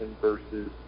versus